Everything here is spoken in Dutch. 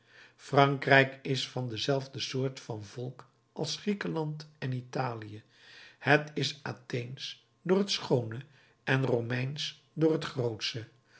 frankrijk is van dezelfde soort van volk als griekenland en italië het is atheensch door het schoone en romeinsch door het grootsche